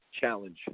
challenge